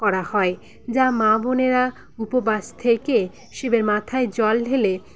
করা হয় যা মা বোনেরা উপবাস থেকে শিবের মাথায় জল ঢেলে